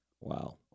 wow